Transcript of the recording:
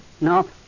No